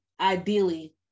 ideally